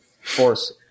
force